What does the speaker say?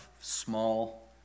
small